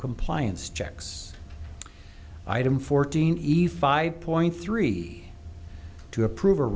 compliance checks item fourteen eve five point three to approve